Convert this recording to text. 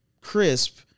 crisp